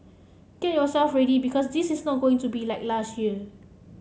get yourself ready because this is not going to be like last year